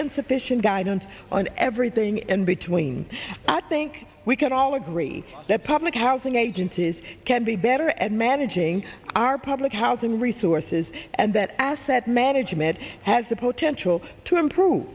insufficient guide and on everything and between i think we can all agree that public housing agencies can be better at managing our public housing resources and that asset management has the potential to improve